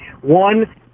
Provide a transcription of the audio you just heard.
One